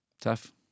Tough